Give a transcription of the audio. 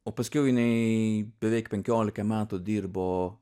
o paskiau jinai beveik penkiolika metų dirbo